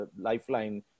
lifeline